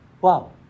Wow